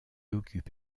occupe